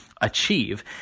achieve